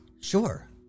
Sure